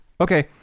okay